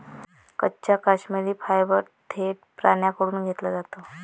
कच्चा काश्मिरी फायबर थेट प्राण्यांकडून घेतला जातो